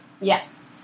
Yes